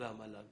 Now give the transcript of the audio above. והמל"ג